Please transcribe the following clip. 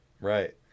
Right